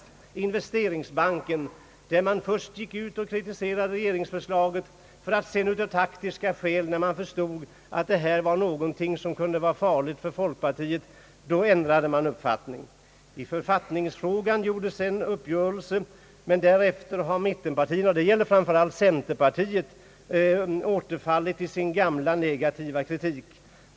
När det gällde investeringsbanken gick man först ut och kritiserade regeringsförslaget för att sedan av taktiska skäl — när man förstod att detta var någonting som kunde vara farligt för folkpartiet ändra sin uppfattning. I författningsfrågan gjordes en uppgörelse. Men därefter har mittenpartierna — det gäller framför allt cenierpartiet återfallit i sin gamla negativa kritik.